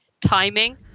timing